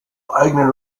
eigenen